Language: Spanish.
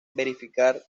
verificar